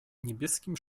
niebieskim